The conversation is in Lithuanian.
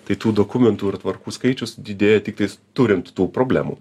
tai tų dokumentų ir tvarkų skaičius didėja tiktais turint tų problemų